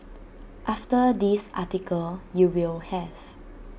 after this article you will have